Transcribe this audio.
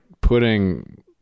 putting